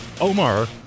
Omar